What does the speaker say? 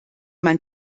man